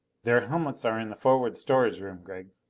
their helmets are in the forward storage room, gregg.